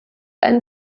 einen